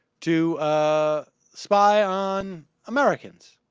too ah spot on americans